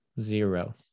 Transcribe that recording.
zero